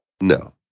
No